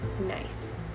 nice